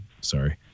sorry